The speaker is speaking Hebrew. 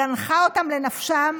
זנחה אותם לנפשם,